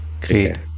great